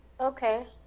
Okay